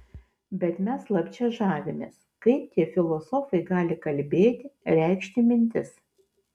bet mes slapčia žavimės kaip tie filosofai gali kalbėti reikšti mintis